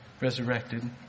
resurrected